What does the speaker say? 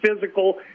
physical